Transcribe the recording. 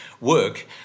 work